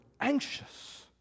anxious